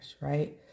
right